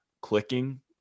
clicking